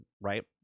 Right